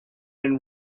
been